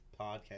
podcast